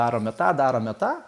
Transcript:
darome tą darome tą